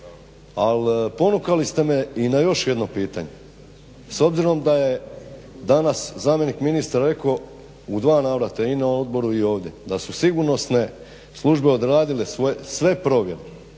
al ponukali ste me i na još jedno pitanje. S obzirom da je danas zamjenik ministar rekao u dva navrata i na odboru i ovdje da su sigurnosne službe odradile sve provjere,